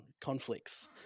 conflicts